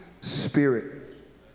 Spirit